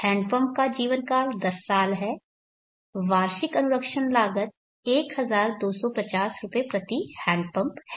handpump का जीवनकाल 10 साल है वार्षिक अनुरक्षण लागत 1250 रुपये प्रति हैंडपंप है